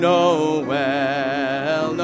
Noel